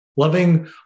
Loving